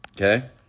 Okay